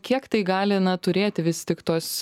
kiek tai gali na turėti vis tik tos